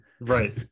right